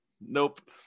Nope